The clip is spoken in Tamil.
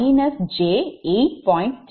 33 𝑝𝑢 சரி